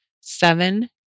Seven